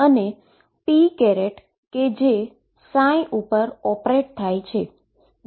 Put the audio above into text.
જે differential operator છે